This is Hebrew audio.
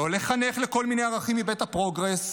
לא לחנך לכל מיני ערכים מבית הפרוגרס,